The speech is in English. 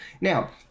Now